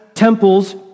Temples